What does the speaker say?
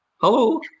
Hello